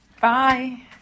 Bye